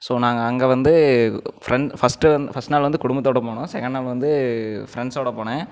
so நாங்கள் அங்கே வந்து ஃப்ரெண்ட் ஃபஸ்ட் ஃபஸ்ட் நாள் வந்து குடும்பத்தோடு போனோம் செகண்ட் நாள் வந்து ஃப்ரெண்ட்ஸோடு போனேன்